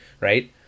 right